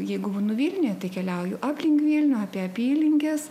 jeigu būnu vilniuj tai keliauju aplink vilnių apie apylinkes